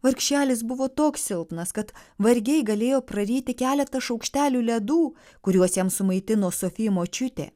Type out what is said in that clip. vargšelis buvo toks silpnas kad vargiai galėjo praryti keletą šaukštelių ledų kuriuos jam sumaitino sofi močiutė